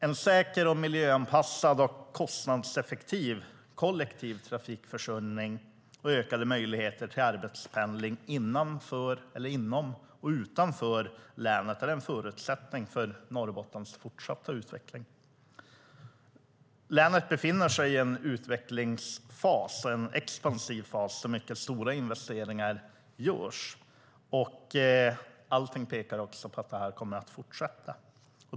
En säker, miljöanpassad och kostnadseffektiv kollektiv trafikförsörjning och ökade möjligheter till arbetspendling inom och utanför länet är en förutsättning för Norrbottens fortsatta utveckling. Länet befinner sig i en utvecklingsfas, en expansiv fas, där mycket stora investeringar görs. Allting pekar också på att detta kommer att fortsätta.